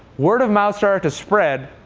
word of mouth started to spread.